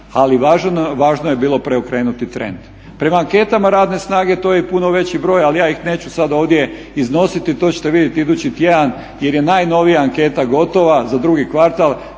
ali važno je bilo preokrenuti trend. Prema anketama radne snage to je i puno veći broj, ali ja ih neću sada ovdje iznositi, to ćete vidjeti idući tjedan jer je najnovija anketa gotova za drugi kvartal